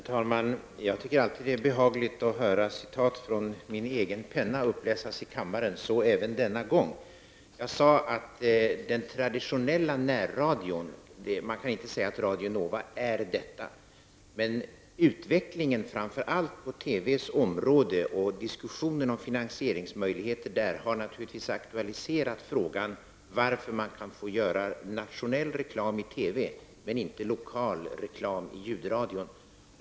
Herr talman! Jag tycker alltid att det är behagligt att höra citat från min egen penna uppläsas i kammaren -- så även denna gång. Jag sade ''den traditionella närradion'', och man kan inte säga att Radio Nova motsvarar den beskrivningen. Men utvecklingen framför allt på TVs område och diskussionen om finansieringsmöjligheter där har naturligtvis aktualiserat frågan varför man kan få göra nationell reklam i TV, men inte lokal reklam i ljudradion.